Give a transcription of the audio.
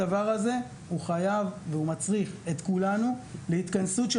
הדבר הזה חייב ומצריך את כולנו להתכנסות של